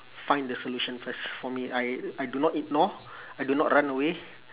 find the solution first for me I I do not ignore I do not run away